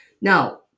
Now